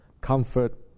comfort